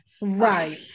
Right